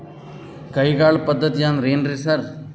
ಕೈಗಾಳ್ ಪದ್ಧತಿ ಅಂದ್ರ್ ಏನ್ರಿ ಸರ್?